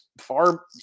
far